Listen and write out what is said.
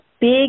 big